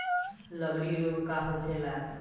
लगड़ी रोग का होखेला?